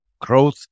growth